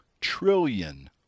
trillion